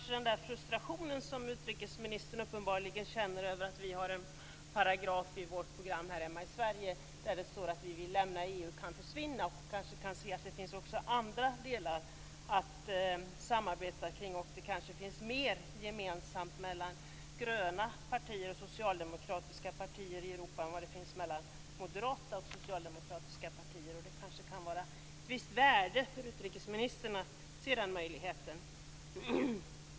Utrikesministern känner uppenbarligen en frustration över att vi har en paragraf i vårt program här hemma i Sverige där det står att vi vill lämna EU. Den frustrationen kanske kan försvinna och hon kanske kan se att det finns andra delar att samarbeta kring. Det finns kanske mer gemensamt mellan gröna partier och socialdemokratiska partier i Europa än vad det finns mellan moderata och socialdemokratiska partier. Det kan vara av visst värde för utrikesministern att se den möjligheten.